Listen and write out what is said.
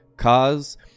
cause